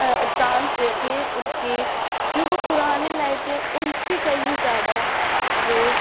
dance دیکھیں ان کی جو وہ پرانے لائے تھے ان سے کہیں زیادہ وہ